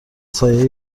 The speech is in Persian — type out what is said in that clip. سایه